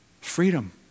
Freedom